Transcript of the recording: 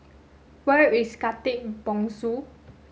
where is Khatib Bongsu